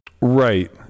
right